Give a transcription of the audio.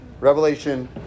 Revelation